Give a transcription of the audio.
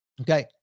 okay